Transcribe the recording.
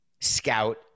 Scout